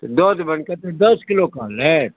दऽ देबनि कते दश किलो कहलथि